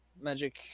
Magic